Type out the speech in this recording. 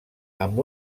amb